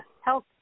health